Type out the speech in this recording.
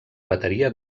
bateria